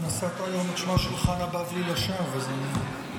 נשאת היום את שמה של חנה בבלי לשווא, אז אני,